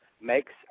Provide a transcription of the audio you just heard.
makes